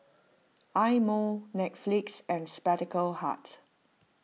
Eye Mo Netflix and Spectacle Hut